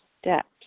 steps